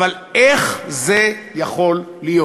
אבל איך זה יכול להיות?